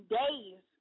days